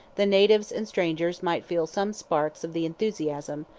the natives and strangers might feel some sparks of the enthusiasm,